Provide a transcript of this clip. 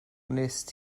wnes